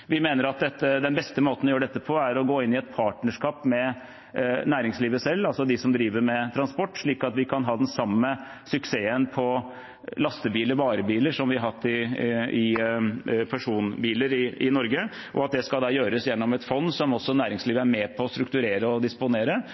Vi mener at den beste måten å gjøre dette på, er å gå inn i et partnerskap med næringslivet selv, altså med dem som driver med transport, slik at vi kan ha den samme suksessen med lastebiler og varebiler som vi har hatt med personbiler i Norge. Det skal gjøres gjennom et fond som også næringslivet er med på å strukturere og disponere.